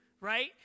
right